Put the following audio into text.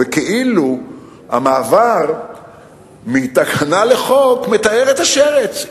וכאילו המעבר מתקנה לחוק מטהר את השרץ.